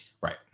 Right